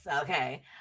okay